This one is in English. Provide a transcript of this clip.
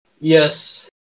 Yes